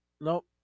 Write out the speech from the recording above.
nope